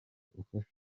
ufasha